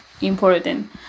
important